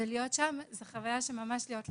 להיות שם זאת חוויה של ממש להיות לבד.